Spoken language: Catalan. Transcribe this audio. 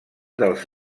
dels